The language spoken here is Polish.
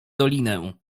dolinę